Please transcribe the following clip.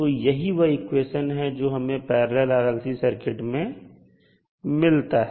तो यही वह इक्वेशन है जो हमें पैरलल सर्किट में मिलता है